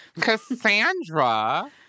Cassandra